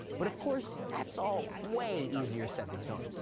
but of course, that's all way easier said than done.